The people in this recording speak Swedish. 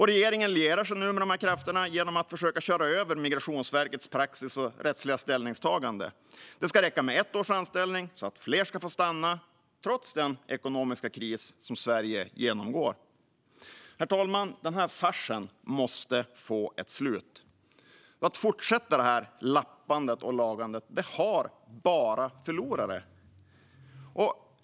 Regeringen lierar sig nu med dessa krafter genom att försöka köra över Migrationsverkets praxis och rättsliga ställningstagande. Det ska räcka med ett års anställning så att fler ska få stanna, trots den ekonomiska kris som Sverige genomgår. Herr talman! Den här farsen måste få ett slut. Att fortsätta med det här lappandet och lagandet leder bara till förlorare.